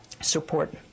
support